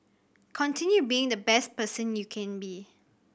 continue being the best person you can be